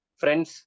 friends